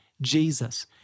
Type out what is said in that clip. Jesus